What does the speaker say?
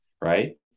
Right